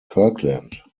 kirkland